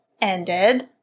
ended